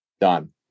Done